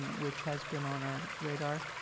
which has been on our radar,